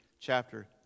chapter